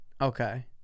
Okay